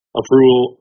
approval